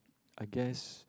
I guess